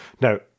Now